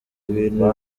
ibintu